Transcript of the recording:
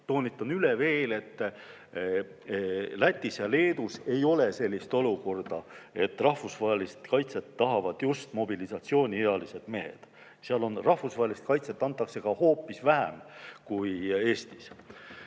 Toonitan üle veel, et Lätis ja Leedus ei ole sellist olukorda, et rahvusvahelist kaitset tahavad just mobilisatsiooniealised mehed. Seal antakse rahvusvahelist kaitset ka hoopis vähem kui Eestis.